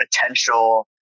potential